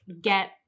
get